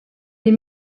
des